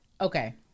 Okay